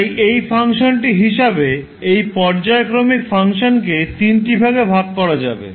তাই এই ফাংশনটি হিসেবে এই পর্যায়ক্রমিক ফাংশানকে তিনটি ভাগে ভাগ করা যাবে